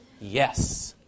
Yes